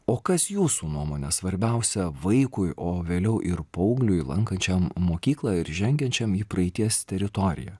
o kas jūsų nuomone svarbiausia vaikui o vėliau ir paaugliui lankančiam mokyklą ir žengiančiam į praeities teritoriją